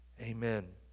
Amen